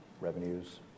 revenues